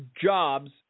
jobs